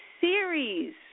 series